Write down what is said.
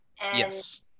Yes